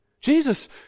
Jesus